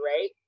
right